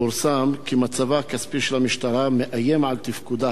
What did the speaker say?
פורסם כי מצבה הכספי של המשטרה מאיים על תפקודה.